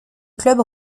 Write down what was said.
club